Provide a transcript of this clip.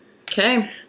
okay